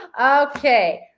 Okay